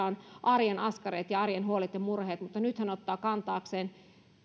on arjen askareet ja arjen huolet ja murheet mutta nyt hän ottaa kantaakseen